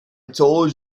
told